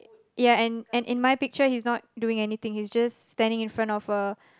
ya and and in my picture he's not doing anything he's just standing in front of a